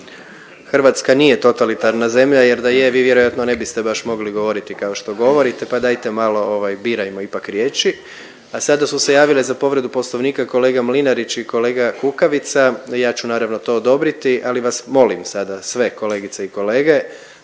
Hrvatska nije totalitarna zemlja jer da je vi vjerojatno ne biste baš mogli govoriti kao što govorite pa dajte malo ovaj, birajmo ipak riječi. A sada su se javile za povredu Poslovnika kolega Mlinarić i kolega Kukavica. Ja ću naravno to odobriti ali vas molim sada sve kolegice i kolege